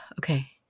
Okay